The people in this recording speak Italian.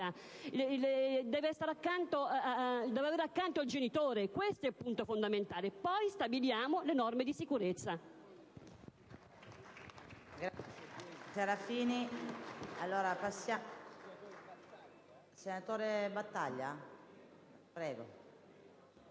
è in fin di vita deve avere accanto il genitore: questo è il punto fondamentale. Poi stabiliamo le norme di sicurezza!